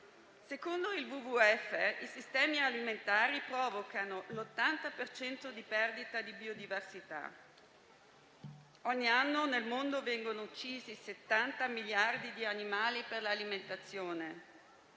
Secondo il WWF, i sistemi alimentari provocano l'80 per cento di perdita di biodiversità. Ogni anno nel mondo vengono uccisi 70 miliardi di animali per l'alimentazione